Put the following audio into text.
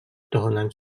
туһунан